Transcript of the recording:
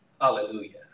Hallelujah